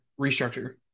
restructure